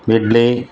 idli